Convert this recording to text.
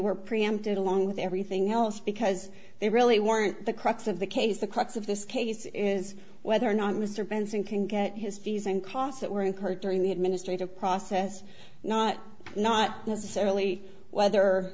were preempted along with everything else because they really weren't the crux of the case the crux of this case is whether or not mr benson can get his fees and costs that were incurred during the administrative process not not necessarily whether